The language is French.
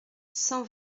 cent